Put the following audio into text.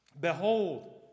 Behold